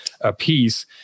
apiece